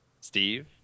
Steve